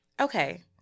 Okay